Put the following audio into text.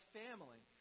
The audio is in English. family